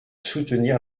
soutenir